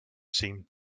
seem